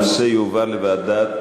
הנושא יועבר לוועדת